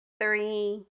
three